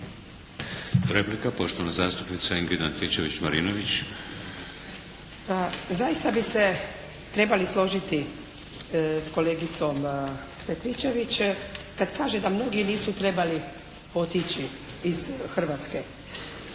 Marinović, Ingrid (SDP)** Pa zaista bi se trebali složiti sa kolegicom Petričević kad kaže da mnogi nisu trebali otići iz Hrvatske.